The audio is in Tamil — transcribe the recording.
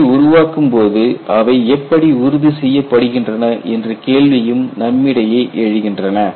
இதனை உருவாக்கும் போது அவை எப்படி உறுதி செய்யப்படுகின்றன என்ற கேள்வியும் நம்மிடையே எழுகின்றன